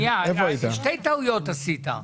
שנייה אבי, שתי טעויות עשית,